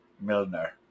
Milner